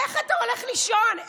איך אתה הולך לישון?